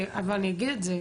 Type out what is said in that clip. אבל אני אגיד את זה,